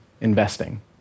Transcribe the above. investing